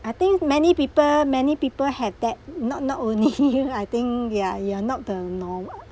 I think many people many people have that not not only you lah I think you are you are not the normal